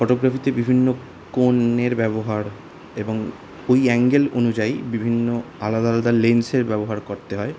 ফটোগ্রাফিতে বিভিন্ন কোণের ব্যবহার এবং ওই অ্যাঙ্গেল অনুযায়ী বিভিন্ন আলাদা আলদা লেন্সের ব্যবহার করতে হয়